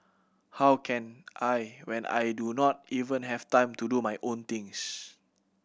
how can I when I do not even have time to do my own things